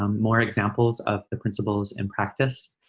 ah more examples of the principles and practice.